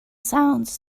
sounds